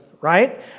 right